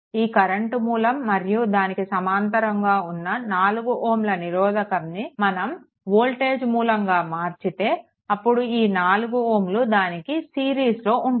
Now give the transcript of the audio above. ఈ కరెంట్ మూలం మరియు దానికి సమాంతరంగా ఉన్న 4 Ω నిరోధకాన్ని మనం వోల్టేజ్ మూలంగా మార్చితే అప్పుడు ఈ 4 Ω దానికి సిరీస్లో ఉంటుంది